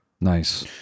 Nice